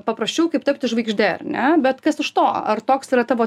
paprasčiau kaip tapti žvaigžde ar ne bet kas iš to ar toks yra tavo